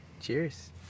Cheers